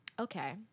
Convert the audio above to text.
okay